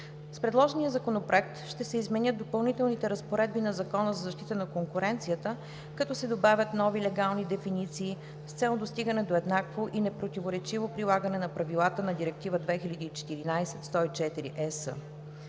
С предложения Законопроект ще се изменят Допълнителните разпоредби на Закона за защита на конкуренцията, като се добавят нови легални дефиниции с цел достигане до еднакво и непротиворечиво прилагане на правилата на Директива 2014/104/ЕС.